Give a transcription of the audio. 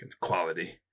quality